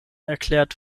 erklärt